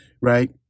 right